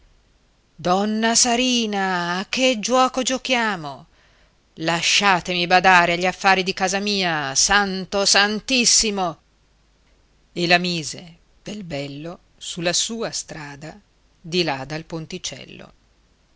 donna sarina a che giuoco giochiamo lasciatemi badare agli affari di casa mia santo e santissimo e la mise bel bello sulla sua strada di là dal ponticello